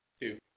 Two